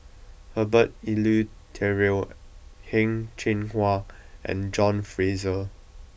Herbert Eleuterio Heng Cheng Hwa and John Fraser